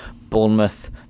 Bournemouth